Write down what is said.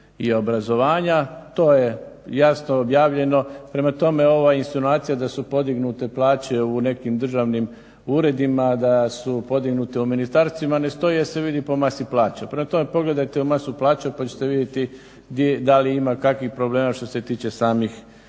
i obrazovanja. To je jasno objavljeno, prema tome ova insinuacija da su podignute plaće u nekim državnim uredima da su podignute u ministarstvima ne stoje jer se vidi po masi plaća. Prema tome, pogledajte u masu plaća pa ćete vidjeti da li ima kakvih problema što se tiče samih